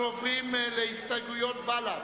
אנחנו עוברים להסתייגויות בל"ד.